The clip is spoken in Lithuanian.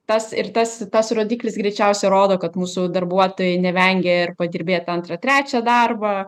tas ir tas tas rodiklis greičiausia rodo kad mūsų darbuotojai nevengia ir padirbėt antrą trečią darbą